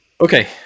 Okay